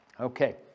Okay